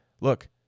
Look